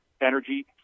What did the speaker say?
energy